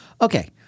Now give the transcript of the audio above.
Okay